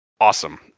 awesome